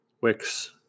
wix